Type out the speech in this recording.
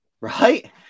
Right